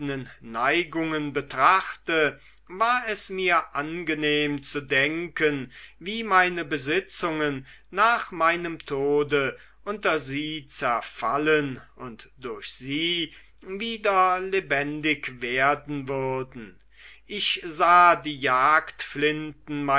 neigungen betrachtete war es mir angenehm zu denken wie meine besitzungen nach meinem tode unter sie zerfallen und durch sie wieder lebendig werden würden ich sah die